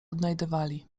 odnajdywali